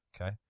Okay